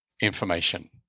information